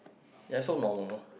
yeah so normal